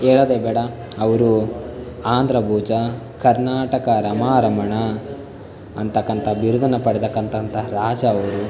ಹೇಳೋದೇ ಬೇಡ ಅವರು ಆಂಧ್ರ ಭೋಜ ಕರ್ನಾಟಕ ರಮಾ ರಮಣ ಅಂತಕ್ಕಂಥ ಬಿರುದನ್ನು ಪಡೆದಕ್ಕಂತಂತಹ ರಾಜ ಅವರು